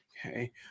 Okay